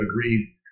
agreed